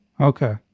Okay